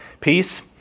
Peace